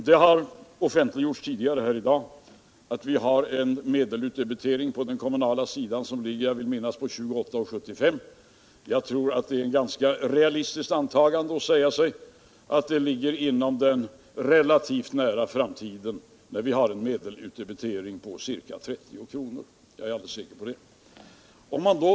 Det har tidigare här i dag sagts att vi har en medelutdebitering när det gäller kommunalskatten som ligger på 28:75, vill jag minnas. Jag tror att det är ett realistiskt antagande att vi inom en nära framtid har en medelutdebitering på ca 30 kr. — Jag är alldeles säker på det.